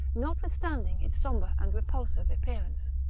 notwithstanding its sombre and repulsive appearance.